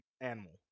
animal